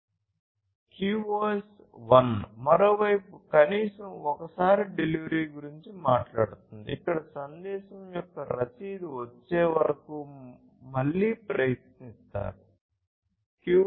QoS 1 మరోవైపు కనీసం ఒకసారి డెలివరీ గురించి మాట్లాడుతుంది ఇక్కడ సందేశం యొక్క రసీదు వచ్చేవరకు మళ్లీ ప్రయత్నిస్తారు